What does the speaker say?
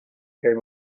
came